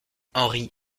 henri